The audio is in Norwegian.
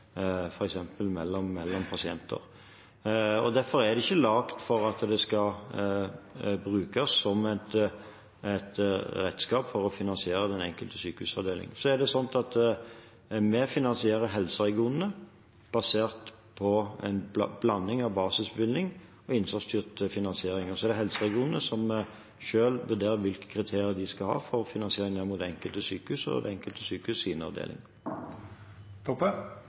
f.eks. mellom pasienter. Derfor er det ikke laget for å brukes som et redskap for å finansiere den enkelte sykehusavdeling. Vi finansierer helseregionene basert på en blanding av basisbevilgning og innsatsstyrt finansiering, og helseregionene vurderer selv hvilke kriterier de skal ha for finansieringen av det enkelte sykehus og den enkelte sykehusavdeling. Eg takkar. Berre for å spørja igjen: 1. juni uttalte statsråden i Stortinget at ISF-finansiering ikkje skal gå ned på avdelingsnivå, at det